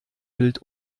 wild